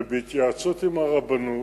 ובהתייעצות עם הרבנות